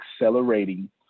accelerating